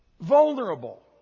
vulnerable